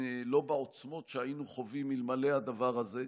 לא בעוצמות שהיינו חווים אלמלא הדבר הזה.